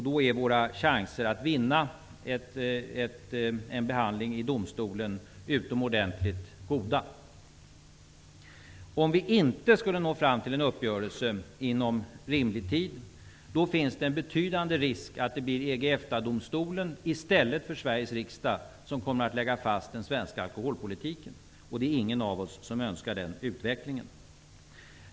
Då är våra chanser att vinna i domstolsförhandlingarna utomordentligt goda. Om vi inte skulle nå fram till en uppgörelse inom rimlig tid finns det en betydande risk för att det blir EG/EFTA-domstolen, i stället för Sveriges riksdag, som kommer att lägga fast den svenska alkoholpolitiken. Ingen av oss önskar den utvecklingen.